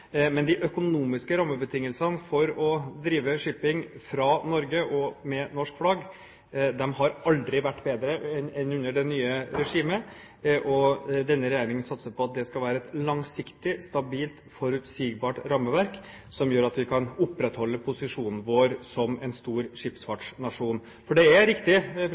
Men de økonomiske rammebetingelsene for å drive shipping fra Norge og med norsk flagg har aldri vært bedre enn under det nye regimet. Denne regjeringen satser på at det skal være et langsiktig, stabilt, forutsigbart rammeverk, som gjør at vi kan opprettholde posisjonen vår som en stor skipsfartsnasjon. Det er riktig,